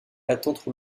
attendre